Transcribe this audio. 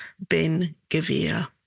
Ben-Gavir